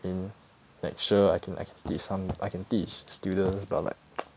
in lecture I can I can be some I can teach students but like